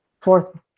fourth